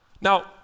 Now